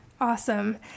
Awesome